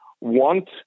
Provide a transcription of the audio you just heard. want